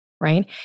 right